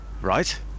right